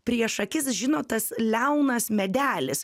prieš akis žinot tas liaunas medelis